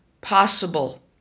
possible